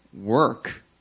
Work